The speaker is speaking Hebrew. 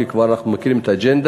כי אנחנו כבר מכירים את האג'נדה.